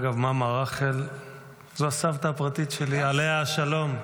אגב, מאמא רחל זו הסבתא הפרטית שלי, עליה השלום.